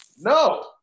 No